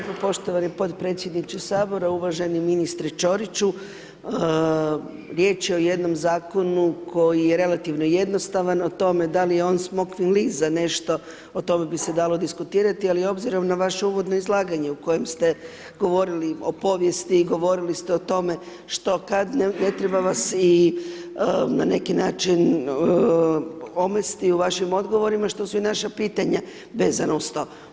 Hvala lijepo poštovani podpredsjedniče sabora, uvaženi ministre Ćoriću, riječ je o jednom zakonu koji je relativno jednostavan o tome da li je on smokvin list za nešto o tome bi se dalo diskutirati, ali obzirom na vaše uvodno izlaganje u kojem ste govorili o povijesti i govorili ste o tome što kad ne treba vas i na neki način omesti u vašim odgovorima što su i naša pitanja vezano uz to.